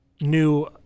new